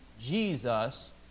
Jesus